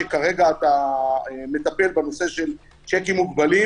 שכרגע אתה מטפל בנושא של שיקים מוגבלים